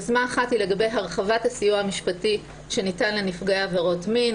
יוזמה אחת היא לגבי הרחבת הסיוע המשפטי שניתן לנפגעי עבירות מין.